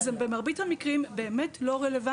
זה גם במרבית המקרים באמת לא רלוונטי.